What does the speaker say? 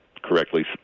correctly